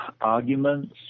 arguments